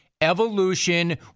evolution